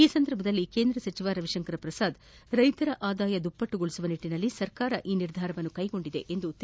ಈ ಸಂದರ್ಭದಲ್ಲಿ ಕೇಂದ್ರ ಸಚಿವ ರವಿಶಂಕರ್ ಪ್ರಸಾದ್ ರೈತರ ಆದಾಯ ದುಪ್ಪಟ್ಟುಗೊಳಿಸುವ ನಿಟ್ಟನಲ್ಲಿ ಸರ್ಕಾರ ಈ ನಿರ್ಧಾರ ಕ್ಟೆಗೊಂಡಿದೆ ಎಂದರು